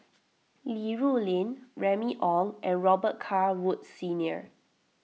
Li Rulin Remy Ong and Robet Carr Woods Senior